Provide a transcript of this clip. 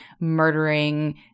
murdering